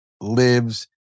lives